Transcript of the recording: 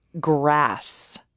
grass